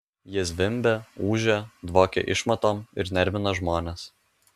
jie zvimbia ūžia dvokia išmatom ir nervina žmones